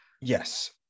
Yes